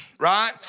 Right